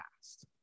past